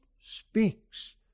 speaks